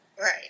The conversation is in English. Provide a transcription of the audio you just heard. Right